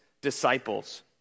disciples